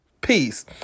peace